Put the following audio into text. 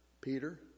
Peter